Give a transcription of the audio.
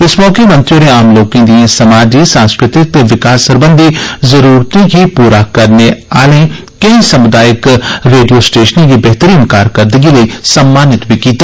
इस मौके मंत्री होरें आम लोकें दिए समाजी सांस्कृतिक ते विकास सरबंघी जरूरतें गी पूरा करने आले केईं समुदायिक रेडियो स्टेशनें दी बैह्तरीन कारकरदगी लेई सम्मानत बी कीता